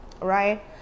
right